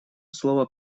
слово